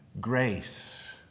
grace